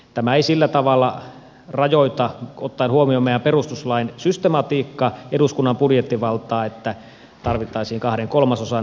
tämä ei sillä tavalla rajoita ottaen huomioon meidän perustuslain systematiikan eduskunnan budjettivaltaa että tarvittaisiin kahden kolmasosan enemmistöä